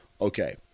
okay